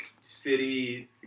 city